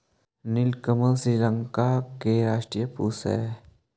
नीलकमल श्रीलंका के राष्ट्रीय पुष्प हइ